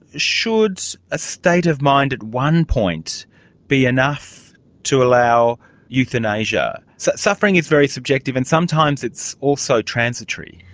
should a state of mind at one point be enough to allow euthanasia? so suffering is very subjective and sometimes it's also transitory.